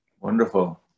wonderful